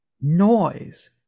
noise